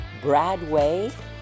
Bradway